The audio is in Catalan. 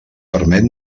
permet